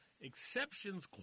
exceptions